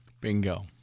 bingo